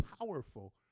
powerful